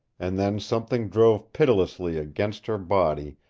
and then something drove pitilessly against her body,